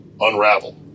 unravel